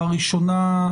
הראשונה,